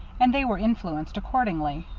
and they were influenced accordingly.